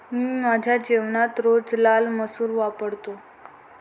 मी माझ्या जेवणात रोज लाल मसूर वापरतो